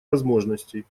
возможностей